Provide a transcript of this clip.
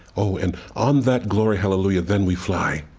oh, and on that glory hallelujah, then we fly.